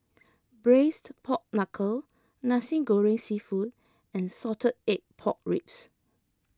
Braised Pork Knuckle Nasi Goreng Seafood and Salted Egg Pork Ribs